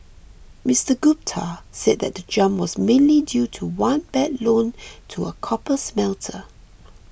Mister Gupta said that the jump was mainly due to one bad loan to a copper smelter